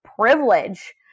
privilege